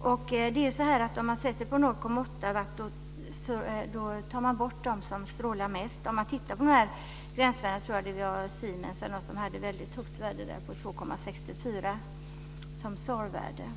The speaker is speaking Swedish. Om man sätter SAR-värdet till 0,8 watt tar man bort de mobiltelefoner som ger mest strålning. T.ex. Siemens visade sig ha 2,64 som SAR-värde,